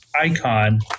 icon